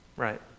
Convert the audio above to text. Right